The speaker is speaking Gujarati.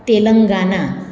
તેલંગાના